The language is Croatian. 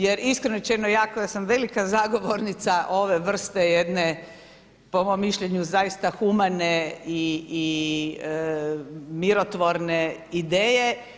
Jer iskreno rečeno ja koja sam velika zagovornica ove vrste jedne po mom mišljenju zaista humane i mirotvorne ideje.